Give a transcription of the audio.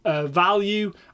value